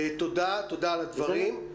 תודה על הדברים.